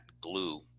glue